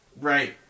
right